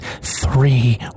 three